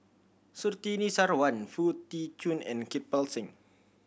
Surtini Sarwan Foo Tee Jun and Kirpal Singh